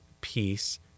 peace